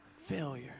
Failure